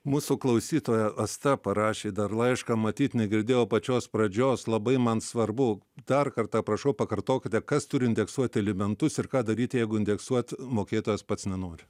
mūsų klausytoja asta parašė dar laišką matyt negirdėjo pačios pradžios labai man svarbu dar kartą prašau pakartokite kas turi indeksuoti alimentus ir ką daryti jeigu indeksuot mokėtojas pats nenori